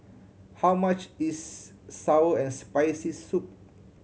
how much is sour and Spicy Soup